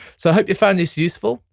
so i hope you found this useful.